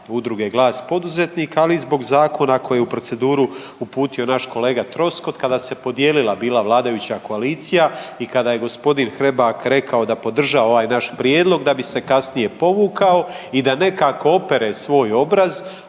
udruge Glas poduzetnika ali i zbog zakona koji je u proceduru uputio naš kolega Troskot kada se podijelila bila vladajuća koalicija i kada je gospodin Hrebak rekao da podržava ovaj naš prijedlog da bi se kasnije povukao i da nekako opere svoj obraz